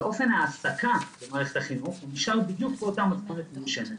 אבל אופן ההעסקה במערכת החינוך נשאר בדיוק באותה מתכונת מיושנת.